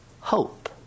hope